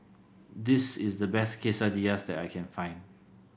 this is the best Quesadillas that I can find